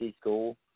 school